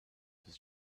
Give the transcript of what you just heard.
this